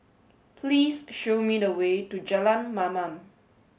please show me the way to Jalan Mamam